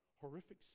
horrific